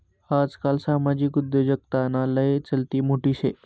आजकाल सामाजिक उद्योजकताना लय चलती मोठी शे